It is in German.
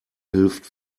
hilft